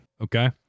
okay